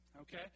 okay